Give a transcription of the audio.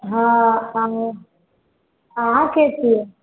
हँ सामने अहाँके छिए